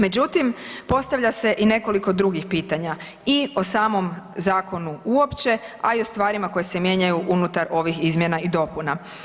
Međutim, postavlja se i nekoliko drugih pitanja i o samom zakonu uopće, a i o stvarima koje se mijenjaju unutar ovih izmjena i dopuna.